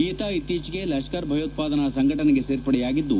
ಈತ ಇತ್ತೀಚೆಗೆ ಲಷ್ಷರ್ ಭಯೋತ್ತಾದನಾ ಸಂಘಟನೆಗೆ ಸೇರ್ಪಡೆಯಾಗಿದ್ದು